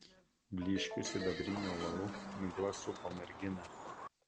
blyškiu sidabriniu ovalu migla supo merginą